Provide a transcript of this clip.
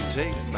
take